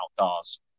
outdoors